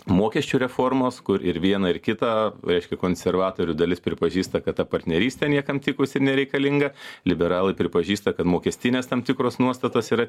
mokesčių reformos kur ir viena ir kita reiškia konservatorių dalis pripažįsta kad ta partnerystė niekam tikus ir nereikalinga liberalai pripažįsta kad mokestinės tam tikros nuostatos yra